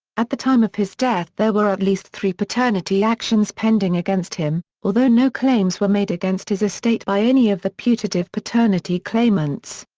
at the time of his death there were at least three paternity actions pending against him, although no claims were made against his estate by any of the putative paternity claimants.